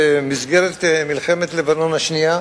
במסגרת מלחמת לבנון השנייה,